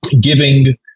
giving